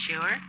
sure